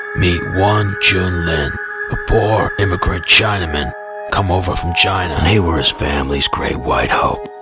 meet one jim then a poor immigrant chinaman come over from china and they were his family's great white hope,